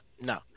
No